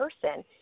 person